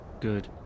Good